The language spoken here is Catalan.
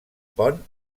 pont